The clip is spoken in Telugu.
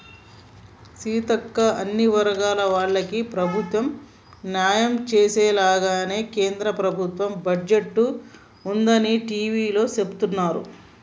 సీతక్క అన్ని వర్గాల వాళ్లకి ప్రభుత్వం న్యాయం చేసేలాగానే కేంద్ర ప్రభుత్వ బడ్జెట్ ఉందని టివీలో సెబుతున్నారు